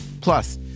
Plus